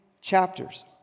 chapters